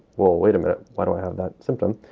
well, wait a minute, why do i have that symptom?